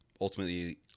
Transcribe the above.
ultimately